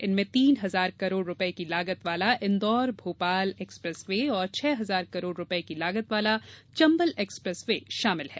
इनमें तीन हजार करोड़ रुपये की लागत वाला इंदौर भोपाल एक्सप्रेस वे और छह हजार करोड़ रुपये की लागत वाला चंबल एक्सप्रेस वे शामिल हैं